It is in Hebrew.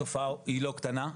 התופעה היא לא קטנה,